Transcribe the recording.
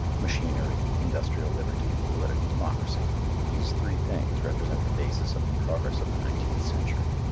machinery, industrial liberty, political democracy these three things represent the basis of the progress of the nineteenth century.